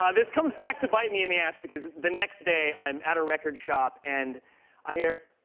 ah this comes back to bite me in the ass, because the next day, i'm at a record shop, and i hear,